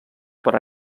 per